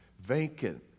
vacant